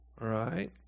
Right